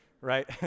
right